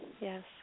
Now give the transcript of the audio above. yes